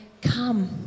come